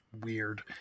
weird